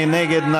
מי נגד?